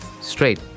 Straight